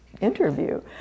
interview